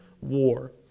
war